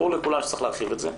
ברור לכולם שצריך להרחיב את זה,